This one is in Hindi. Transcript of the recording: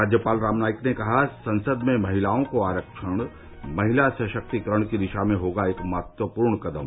राज्यपाल राम नाईक ने की कहा संसद में महिलाओं को आरक्षण महिला सश्वक्तिकरण की दिशा में होगा एक महत्वपूर्ण कदम